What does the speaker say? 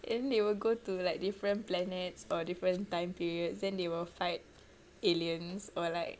and then they will go to like different planets or different time periods then they will fight aliens or like